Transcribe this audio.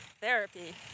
therapy